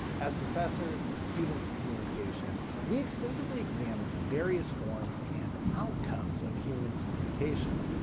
as professors and students of communication, we extensively examine the various forms and outcomes of human communication.